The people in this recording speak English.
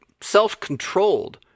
self-controlled